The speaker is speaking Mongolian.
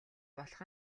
болох